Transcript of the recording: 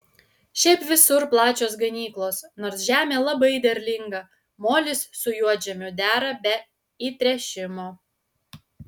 šiaip visur plačios ganyklos nors žemė labai derlinga molis su juodžemiu dera be įtręšimo